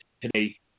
today